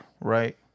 right